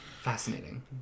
Fascinating